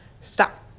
stop